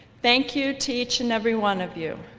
thank you to each and every one of you.